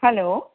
hello